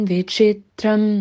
Vichitram